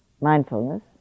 Mindfulness